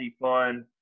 fun